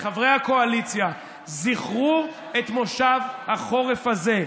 ולחברי הקואליציה: זכרו את מושב החורף הזה,